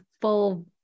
full